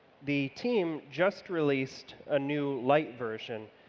the team just re leased a new light version,